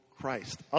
Christ